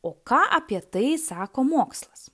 o ką apie tai sako mokslas